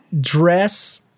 dress